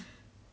that is like